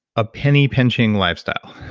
a penny pinching lifestyle,